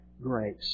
grace